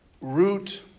root